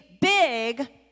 big